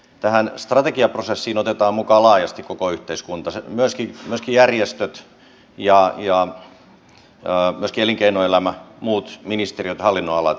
tähän strategiaprosessiin otetaan mukaan laajasti koko yhteiskunta myöskin järjestöt ja myöskin elinkeinoelämä muut ministeriöt ja hallinnonalat